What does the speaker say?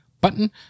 button